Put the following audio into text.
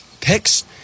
picks